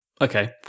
Okay